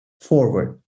forward